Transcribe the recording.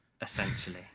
essentially